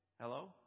Hello